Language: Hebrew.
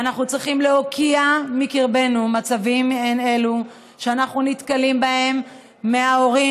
ואנחנו צריכים להוקיע מקרבנו מצבים מעין אלו שאנחנו נתקלים בהם מההורים.